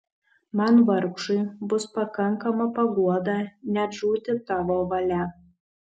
man vargšui bus pakankama paguoda net žūti tavo valia